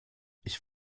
ich